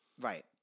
Right